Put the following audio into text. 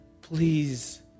Please